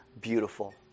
beautiful